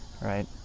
right